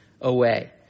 away